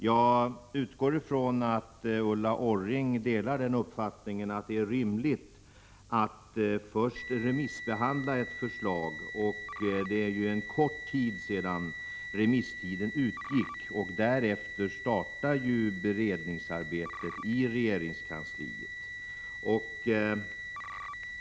Jag utgår från att Ulla Orring delar uppfattningen att det är rimligt att först remissbehandla ett förslag i den här frågan, och remisstiden har gått ut för kort tid sedan. Därefter startar beredningsarbetet i regeringskansliet.